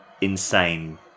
insane